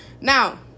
Now